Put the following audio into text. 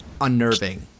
unnerving